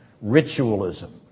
ritualism